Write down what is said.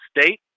State